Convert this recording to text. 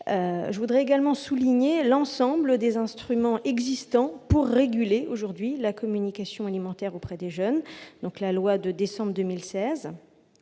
Je veux également insister sur l'ensemble des instruments existants pour réguler aujourd'hui la communication alimentaire auprès des jeunes. Ainsi, la loi de décembre 2016